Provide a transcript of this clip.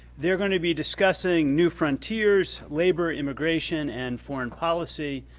they're going to be discussing new frontiers, labor, immigration and foreign policy,